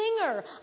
singer